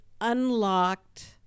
unlocked